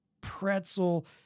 pretzel